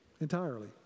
Entirely